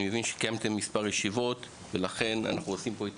מבין שקיימתם מספר ישיבות ולכן אנחנו רוצים פה את